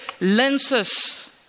lenses